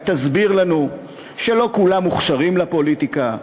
ותסביר לנו שלא כולם מוכשרים לפוליטיקה,